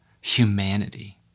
humanity